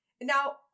Now